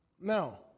now